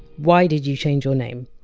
why did you change your name?